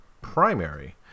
primary